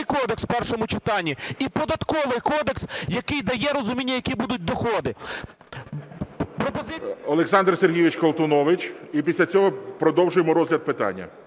Олександр Сергійович Колтунович. І після цього продовжуємо розгляд питання.